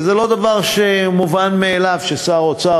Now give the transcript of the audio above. וזה לא דבר מובן מאליו ששר אוצר,